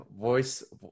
voice